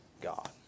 God